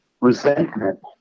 resentment